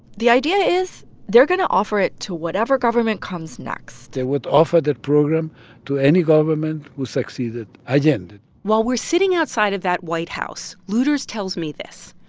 the idea is they're going to offer it to whatever government comes next they would offer the program to any government who succeeded allende while we're sitting outside of that white house, luders tells me this.